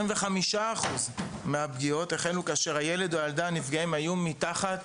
25% מהפגיעות החלו כאשר הילד או הילדה הנפגעים היו מתחת